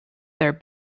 their